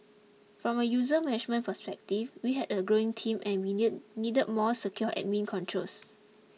from a user management perspective we had a growing team and we need need more secure admin controls